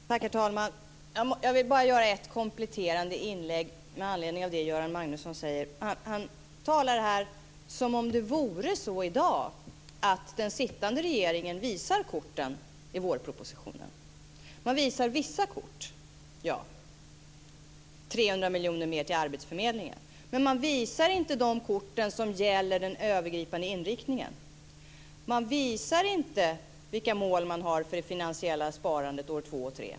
Herr talman! Jag vill bara göra ett kompletterande inlägg med anledning av det Göran Magnusson säger. Han talar här som om det vore så i dag att den sittande regeringen visar korten i vårpropositionen. Den visar vissa kort. Det kan t.ex. gälla 300 miljoner mer till arbetsförmedlingen. Men den visar inte de korten som gäller den övergripande inriktningen. Den visar inte vilka mål man har för det finansiella sparandet åren två och tre.